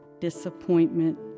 disappointment